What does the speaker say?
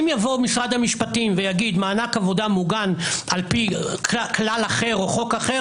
אם יבוא משרד המשפטים ויגיד שמענק עבודה מוגן על-פי כלל אחר או חוק אחר